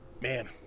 Man